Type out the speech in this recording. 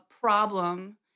problem